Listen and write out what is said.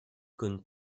kun